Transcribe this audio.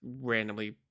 randomly